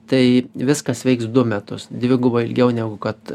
tai viskas veiks du metus dvigubai ilgiau negu kad